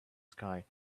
sky